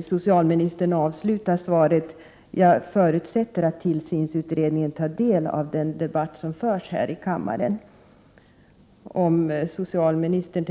Socialministern avslutar svaret med följande ord: ”Jag förutsätter att tillsynsutredningen tar del av den debatt som förs här i kammaren.” Om socialministern